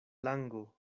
lango